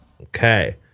Okay